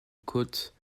côte